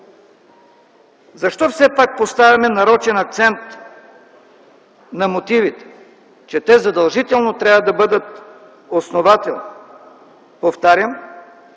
Защо все пак поставяме нарочен акцент на мотивите – че те задължително трябва да бъдат основателни? Повтарям,